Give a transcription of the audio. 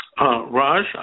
Raj